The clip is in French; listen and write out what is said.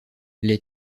les